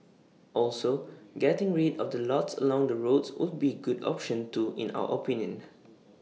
also getting rid of the lots along the roads would be good option too in our opinion